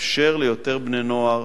מאפשר ליותר בני-נוער